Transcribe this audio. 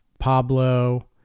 Pablo